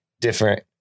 different